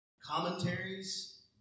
Commentaries